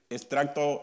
Extracto